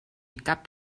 cap